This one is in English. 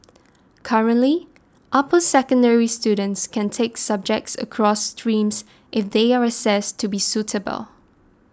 currently upper secondary students can take subjects across streams if they are assessed to be suitable